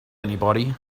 anybody